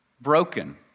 broken